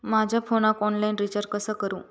माझ्या फोनाक online recharge कसा करू?